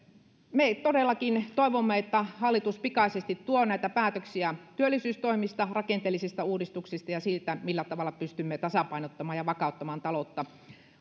me todellakin toivomme että hallitus pikaisesti tuo päätöksiä työllisyystoimista rakenteellisista uudistuksista ja siitä millä tavalla pystymme tasapainottamaan ja vakauttamaan taloutta